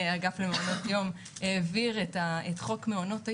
האגף למעונות יום העביר את חוק מעונות היום,